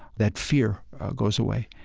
that fear goes away.